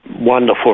wonderful